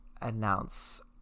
announce